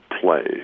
play